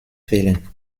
fehlen